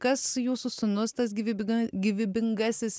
kas jūsų sūnus tas gyvybinga gyvybingasis